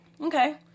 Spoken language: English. Okay